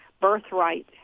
birthright